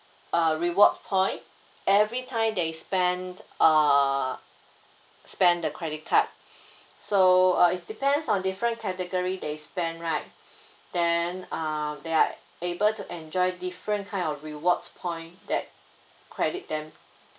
uh rewards point every time they spend uh spend the credit card so uh it depends on different category they spend right then uh they are able to enjoy different kind of rewards point that credit them